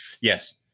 yes